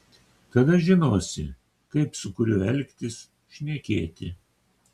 tada žinosi kaip su kuriuo elgtis šnekėti